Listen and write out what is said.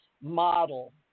model